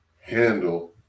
handle